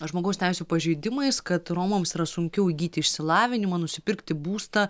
žmogaus teisių pažeidimais kad romams yra sunkiau įgyti išsilavinimą nusipirkti būstą